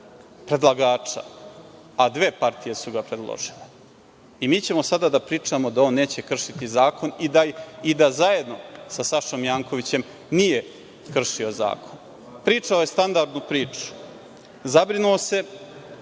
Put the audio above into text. predlagača, a dve partije su ga predložile. I mi ćemo sada da pričamo da on neće kršiti zakon i da zajedno sa Sašom Jankovićem nije kršio zakon? Pričao je standardnu priču. Zabrinuo se